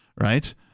Right